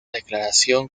declaración